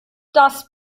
das